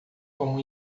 como